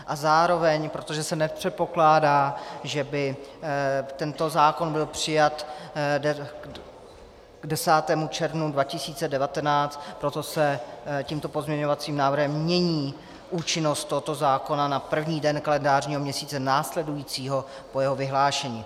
A zároveň, protože se nepředpokládá, že by tento zákon byl přijat k 10. červnu 2019, proto se tímto pozměňovacím návrhem mění účinnost tohoto zákona na první den kalendářního měsíce následujícího po jeho vyhlášení.